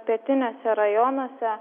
pietiniuose rajonuose